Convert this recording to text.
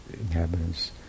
inhabitants